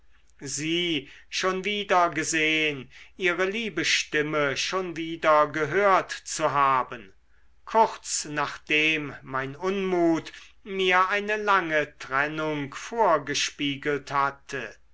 sie schon wieder gesehn ihre liebe stimme schon wieder gehört zu haben kurz nachdem mein unmut mir eine lange trennung vorgespiegelt hatte